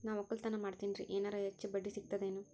ನಾ ಒಕ್ಕಲತನ ಮಾಡತೆನ್ರಿ ಎನೆರ ಹೆಚ್ಚ ಬಡ್ಡಿ ಸಿಗತದೇನು?